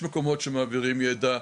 יש מקומות שמעבירים ידע,